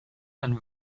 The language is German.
ein